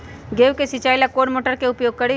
गेंहू के सिंचाई ला कौन मोटर उपयोग करी?